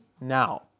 now